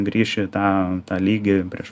grįš į tą tą lygį prieš